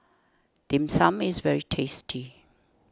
Dim Sum is very tasty